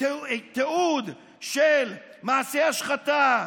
תיעוד של מעשי השחתה,